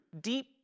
deep